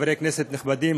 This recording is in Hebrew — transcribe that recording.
חברי כנסת נכבדים,